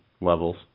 levels